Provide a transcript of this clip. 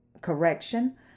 correction